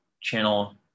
channel